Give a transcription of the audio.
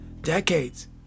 decades